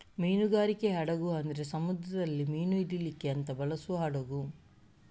ಮೀನುಗಾರಿಕೆ ಹಡಗು ಅಂದ್ರೆ ಸಮುದ್ರದಲ್ಲಿ ಮೀನು ಹಿಡೀಲಿಕ್ಕೆ ಅಂತ ಬಳಸುವ ಹಡಗು